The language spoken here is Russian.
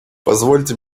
позвольте